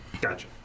Gotcha